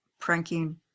pranking